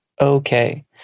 okay